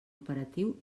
operatiu